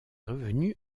revenu